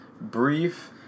brief